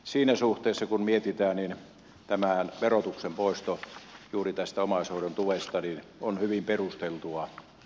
siinä suhteessa kun mietitään tämä verotuksen poisto juuri tästä omaishoidon tuesta on hyvin perusteltua